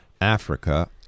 Africa